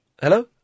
Hello